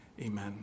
Amen